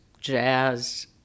jazz